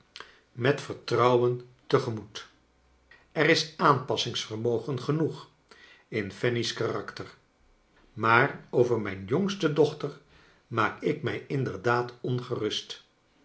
met vertrouwen te gemoet er is aanpassingsvermogen genoeg in fanny's karakter maar over mijn jongste dochter maak ik mij inderdaad ongerust